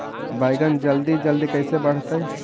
बैगन जल्दी जल्दी कैसे बढ़तै?